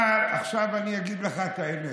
אבל עכשיו אגיד לך את האמת.